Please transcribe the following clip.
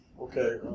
Okay